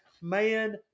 man